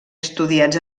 estudiats